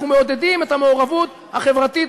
אנחנו מעודדים את המעורבות החברתית